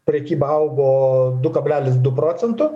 prekyba augo du kablelis du procentu